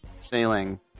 sailing